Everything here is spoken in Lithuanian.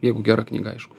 jeigu gera knyga aišku